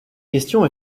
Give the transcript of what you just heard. question